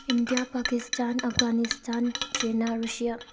India Pakistan Afghanistan China Russia